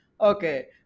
okay